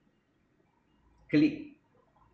colleague